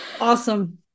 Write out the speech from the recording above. Awesome